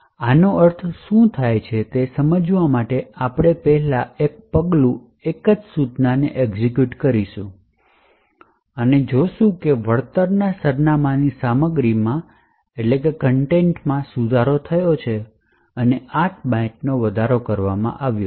હવે આનો અર્થ શું છે તે સમજવા માટે આપણે પહેલા એક પગલું એક જ સૂચનાને એક્ઝેક્યુટ કરીશું અને જોશું કે વળતર સરનામાંની સામગ્રીમાં સુધારો થયો છે અને 8 બાઇટ્સ દ્વારા વધારો કરવામાં આવ્યો છે